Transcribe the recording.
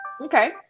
Okay